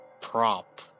prop